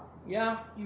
ya